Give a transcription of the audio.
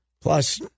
Plus